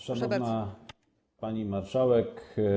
Szanowna Pani Marszałek!